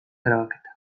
grabaketak